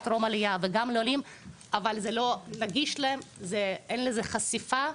טרום עליה וגם לעולים אבל זה לא נגיש להם ואין לזה חשיפה.